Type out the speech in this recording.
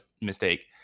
mistake